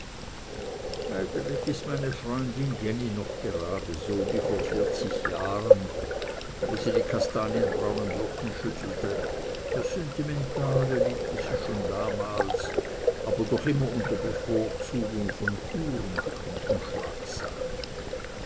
eigentlich ist meine freundin jenny noch gerade so wie vor vierzig jahren wo sie die kastanienbraunen locken schüttelte das sentimentale liebte sie schon damals aber doch immer unter bevorzugung von courmachen und schlagsahne